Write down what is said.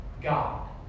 God